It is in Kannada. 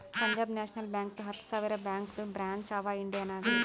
ಪಂಜಾಬ್ ನ್ಯಾಷನಲ್ ಬ್ಯಾಂಕ್ದು ಹತ್ತ ಸಾವಿರ ಬ್ಯಾಂಕದು ಬ್ರ್ಯಾಂಚ್ ಅವಾ ಇಂಡಿಯಾ ನಾಗ್